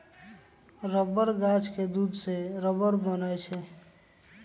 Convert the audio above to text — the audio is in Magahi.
रबर गाछ के दूध से रबर बनै छै